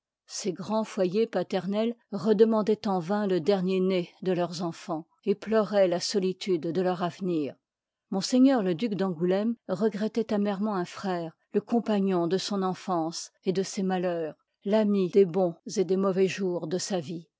ces grands foyers paternels redemandoient en vain le dernier né de leurs enfans et pleuroient la solitude de leur avenir m le duc d'angouléme regrettoit amèrement un frère le compagnon de son enfance et de ses malheurs l'ami des bons et des mauvais jours de sa vie